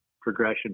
progression